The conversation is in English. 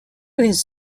his